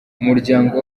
umuryango